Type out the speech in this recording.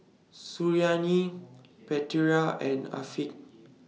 Suriani Putera and Afiq